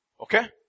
Okay